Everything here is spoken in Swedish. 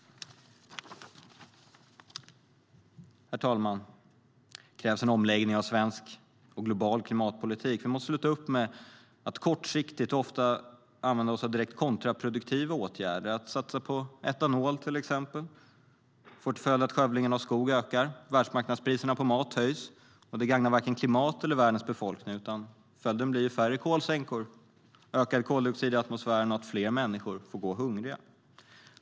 Herr talman! Det krävs en omläggning av svensk och global klimatpolitik. Vi måste sluta upp med kortsiktiga och ofta direkt kontraproduktiva åtgärder. Att satsa på etanol får till exempel till följd att skövlingen av skog ökar och att världsmarknadspriserna på mat höjs. Det gagnar varken klimat eller världens befolkning, utan följden blir färre kolsänkor, ökad koldioxid i atmosfären och att fler människor får gå hungriga.